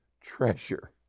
treasure